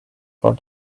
for